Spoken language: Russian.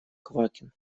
квакин